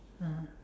(uh huh)